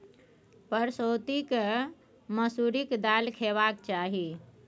परसौती केँ मसुरीक दालि खेबाक चाही